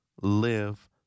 live